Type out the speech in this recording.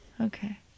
okay